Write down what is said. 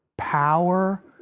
power